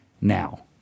now